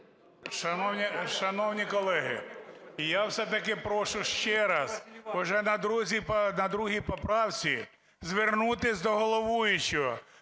Шановні колеги, я все-таки прошу ще раз, уже на другій поправці звернутись до головуючого.